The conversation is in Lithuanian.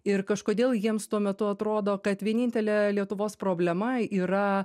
ir kažkodėl jiems tuo metu atrodo kad vienintelė lietuvos problema yra